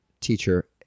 teacher